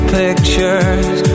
pictures